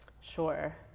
Sure